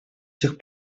тех